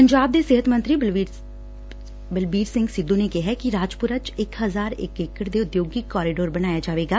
ਪੰਜਾਬ ਦੇ ਸਿਹਤ ਮੰਤਰੀ ਬਲਬੀਰ ਸਿੰਘ ਸਿੱਧੁ ਨੇ ਕਿਹੈ ਕਿ ਰਾਜਪੁਰਾ ਚ ਇਕ ਹਜ਼ਾਰ ਇਕ ਏਕੜ ਚ ਉਦਯੋਗਿਕ ਕਾਰੀਡੋਰ ਬਣਾਇਆ ਜਾਵੇਗਾ